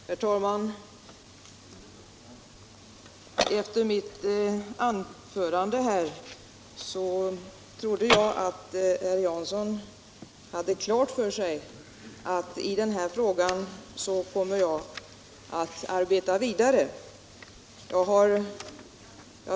Herr talman! Efter mitt anförande här i dag trodde jag att herr Jansson hade klart för sig att jag kommer att arbeta vidare med den här frågan.